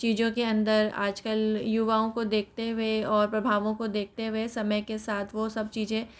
चीज़ों के अंदर आज कल युवाओं को देखते हुए और प्रभावों को देखते हुए समय के साथ वो सब चीज़ें